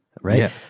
right